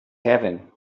heaven